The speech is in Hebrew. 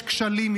יש כשלים,